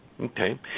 Okay